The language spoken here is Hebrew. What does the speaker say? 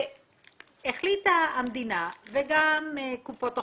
והחליטה המדינה וגם קופות החולים,